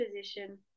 position